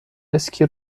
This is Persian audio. اسکی